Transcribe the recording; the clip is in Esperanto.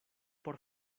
por